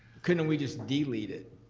couldn't we just delete it?